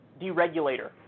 deregulator